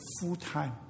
full-time